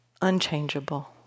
unchangeable